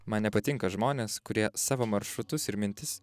man nepatinka žmonės kurie savo maršrutus ir mintis